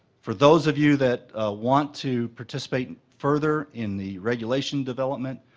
for those of you that want to participate further in the regulation development,